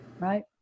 right